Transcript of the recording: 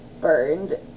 burned